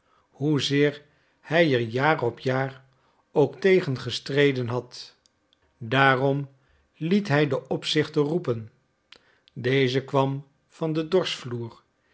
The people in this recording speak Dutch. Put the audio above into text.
hoezeer hij er jaar op jaar ook tegen gestreden had daarom liet hij den opzichter roepen deze kwam van de